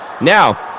Now